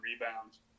rebounds